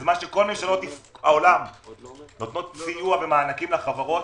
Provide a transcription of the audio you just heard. בזמן שכל ממשלות העולם נותנות סיוע ומענקים לחברות,